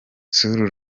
saul